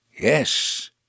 YES